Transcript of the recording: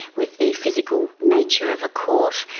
with the physical nature of a court,